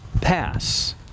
pass